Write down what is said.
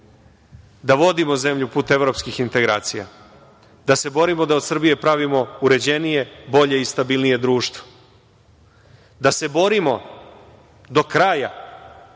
da vodimo zemlju put evropskih integracija, da se borimo da od Srbije pravimo uređenije, bolje i stabilnije društvo, da se borimo do kraja